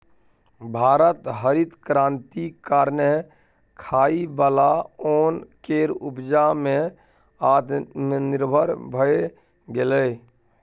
भारत हरित क्रांति कारणेँ खाइ बला ओन केर उपजा मे आत्मनिर्भर भए गेलै